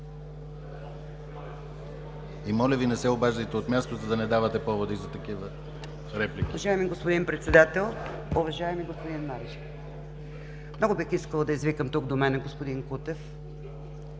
Моля Ви, не се обаждайте от място, за да не давате поводи за такива реплики.